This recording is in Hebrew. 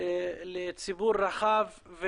לציבור רחב,